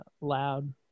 loud